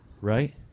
right